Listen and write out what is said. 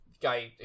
guy